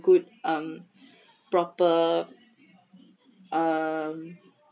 good um proper um